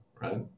right